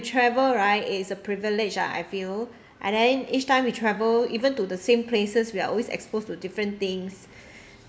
travel right is a privilege uh I feel and then each time we travel even to the same places we're always exposed to different things